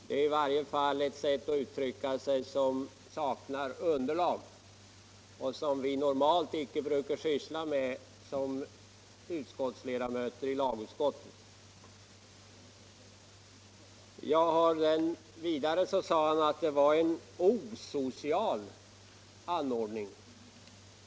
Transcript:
Det är i varje fall ett uttryckssätt som saknar underlag och som vi normalt icke brukar använda som ledamöter i lagutskottet. Vidare sade herr Gustafsson att detta var en osocial anordning.